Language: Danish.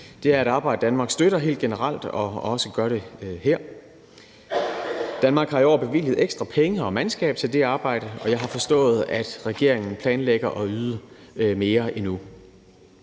Det er et arbejde, Danmark støtter helt generelt og også her. Danmark har i år bevilget ekstra penge og mandskab til det arbejde, og jeg har forstået, at regeringen planlægger at yde mere endnu.